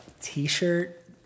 T-shirt